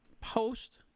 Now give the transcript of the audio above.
post